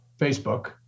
Facebook